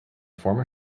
former